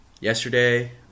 Yesterday